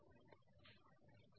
సరే